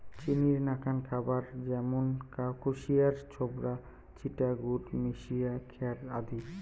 চিনির নাকান খাবার য্যামুন কুশিয়ার ছোবড়া, চিটা গুড় মিশিয়া খ্যার আদি